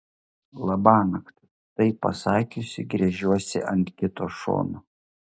labanakt tai pasakiusi gręžiuosi ant kito šono